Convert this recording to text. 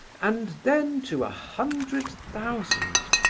and then to a hundred thousand.